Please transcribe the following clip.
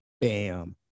Bam